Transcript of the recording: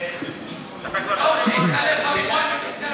לא יפה לקחת גימיקים